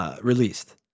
Released